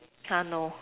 !huh! no